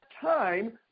time